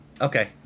Okay